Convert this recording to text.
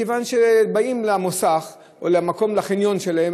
מכיוון שהם באים למוסך או לחניון שלהם,